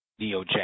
DOJ